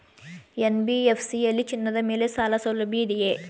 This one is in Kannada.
ಎನ್.ಬಿ.ಎಫ್.ಸಿ ಯಲ್ಲಿ ಚಿನ್ನದ ಮೇಲೆ ಸಾಲಸೌಲಭ್ಯ ಇದೆಯಾ?